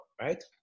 right